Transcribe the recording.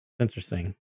Interesting